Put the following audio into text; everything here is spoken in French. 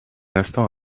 instant